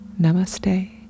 namaste